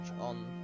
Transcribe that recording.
on